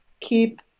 keep